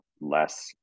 less